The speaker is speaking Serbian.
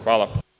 Hvala.